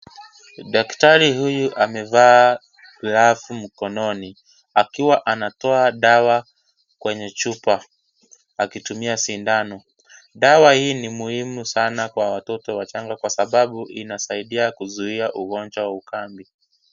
Daktari huyu amevaa glovu mkononi, akiwa anatoa dawa kwenye chupa akitumia sindano. Dawa hii, ni muhimu sana kwa watoto wachanga kwa sababu, inasaidia kuzuia ugonjwa wa ukambi.